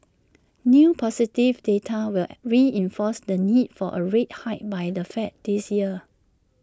new positive data will reinforce the need for A rate hike by the fed this year